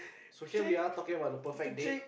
so here we are talking about the perfect date